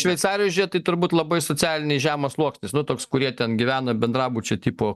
šveicarijoj žiūrėt tai turbūt labai socialiniai žemas sluoksnis nu toks kurie ten gyvena bendrabučio tipo